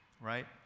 right